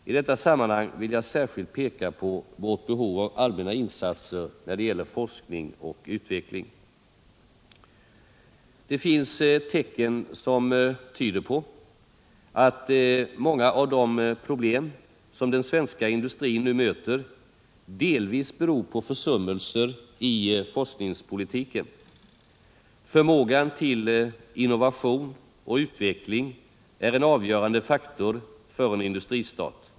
I detta sammanhang vill jag särskilt peka på vårt behov av allmänna insatser när det gäller forskning och utveckling. Det finns tecken som tyder på att många av de problem som den svenska industrin nu möter delvis beror på försummelser i forskningspolitiken. Förmågan till innovation och utveckling är en avgörande faktor för en industristat.